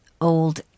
old